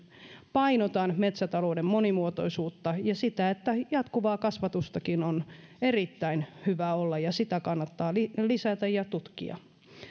painotan metsätalouden monimuotoisuutta ja sitä että jatkuvaa kasvatustakin on erittäin hyvä olla ja sitä kannattaa lisätä ja tutkia